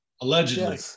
Allegedly